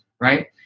right